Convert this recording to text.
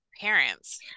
parents